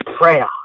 prayer